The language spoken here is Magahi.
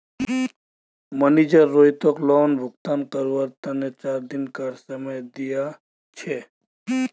मनिजर रोहितक लोन भुगतान करवार तने चार दिनकार समय दिया छे